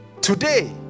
Today